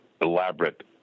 elaborate